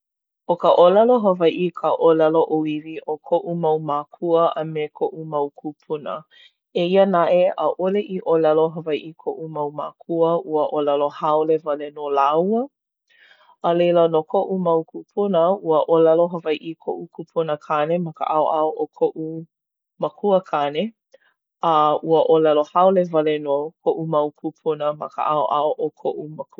ʻO ka ʻōlelo Hawaiʻi ka ʻōlelo ʻōiwi o koʻu mau mākua a me koʻu mau kūpuna. Eia naʻe, ʻaʻole i ʻōlelo Hawaiʻi koʻu mau mākua, ua ʻōlelo haole wale nō lāua. A leila, no koʻu mau kūpuna, ua ʻōlelo Hawaiʻi koʻu kupuna kāne ma ka ʻaoʻao o koʻu makua kāne. A, ua ʻōlelo Haole wale nō koʻu mau kūpuna ma ka ʻaoʻao o koʻu makuahine.